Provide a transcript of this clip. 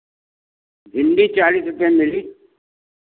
भिंडी चालीस रुपए में मिली